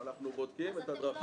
אנחנו בודקים את הדרכים.